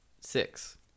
six